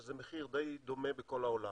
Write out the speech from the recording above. שזה מחיר די דומה בעולם.